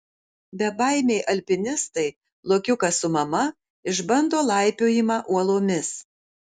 bebaimiai alpinistai lokiukas su mama išbando laipiojimą uolomis